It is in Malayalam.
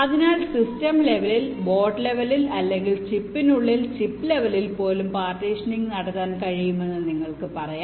അതിനാൽ സിസ്റ്റം ലെവലിൽ ബോർഡ് ലെവലിൽ അല്ലെങ്കിൽ ചിപ്പിനുള്ളിൽ ചിപ്പ് ലെവലിൽ പോലും പാർട്ടീഷനിംഗ് നടത്താൻ കഴിയുമെന്ന് നിങ്ങൾക്ക് പറയാം